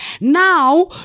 now